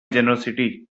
generosity